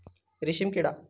रेशीमकिडा